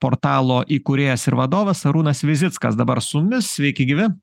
portalo įkūrėjas ir vadovas arūnas vizickas dabar su jumis sveiki gyvi